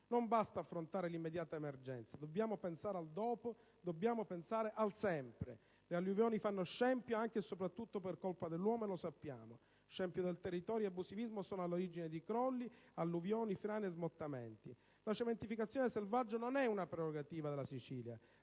Non basta affrontare 1'immediata emergenza. Dobbiamo pensare al dopo e al sempre. Le alluvioni fanno scempio anche e soprattutto per colpa dell'uomo e lo sappiamo. Scempio del territorio e abusivismo sono all'origine di crolli, alluvioni, frane e smottamenti. La cementificazione selvaggia non è una prerogativa della Sicilia,